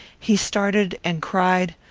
he started, and cried,